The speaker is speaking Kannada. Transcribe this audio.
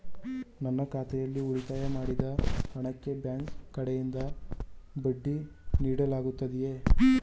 ನನ್ನ ಖಾತೆಯಲ್ಲಿ ಉಳಿತಾಯ ಮಾಡಿದ ಹಣಕ್ಕೆ ಬ್ಯಾಂಕ್ ಕಡೆಯಿಂದ ಬಡ್ಡಿ ನೀಡಲಾಗುತ್ತದೆಯೇ?